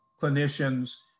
clinicians